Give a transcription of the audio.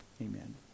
Amen